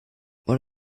what